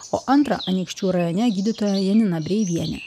o antrą anykščių rajone gydytoja janina breivienė